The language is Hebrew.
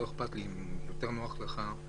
אם יותר נוח לך,